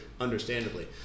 understandably